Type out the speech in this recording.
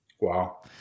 Wow